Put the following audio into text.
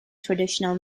traditional